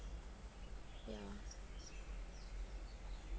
yeah